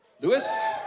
Lewis